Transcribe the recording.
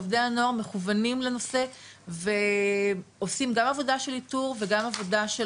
עובדי הנוער מכוונים לנושא ועושים גם עבודה של איתור וגם עבודה של